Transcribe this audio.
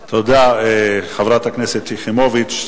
תודה, חברת הכנסת יחימוביץ.